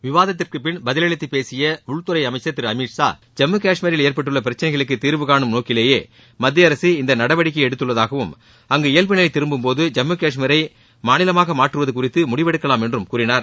விவாதத்திற்குப் பின் பதிலளித்துப் பேசிய உள்துறை அமைச்சர் திரு அமித்ஷா ஜம்மு கஷ்மீரில் ஏற்பட்டுள்ள பிரச்சினைகளுக்கு தீர்வுகானும் நோக்கிலேயே மத்திய அரசு இந்த நடவடிக்கையை எடுத்துள்ளதாகவும் அங்கு இயல்பு நிலை திரும்பும் போது ஜம்மு கஷ்மீரை மாநிலமாக மாற்றுவது குறித்து முடிவெடுக்கலாம் என்றும் கூறினார்